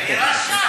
גם עליך,